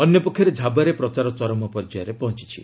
ଅନ୍ୟ ପକ୍ଷରେ ଝାବୁଆରେ ପ୍ରଚାର ଚରମ ପର୍ଯ୍ୟାୟରେ ପହଞ୍ଚିଛି